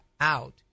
out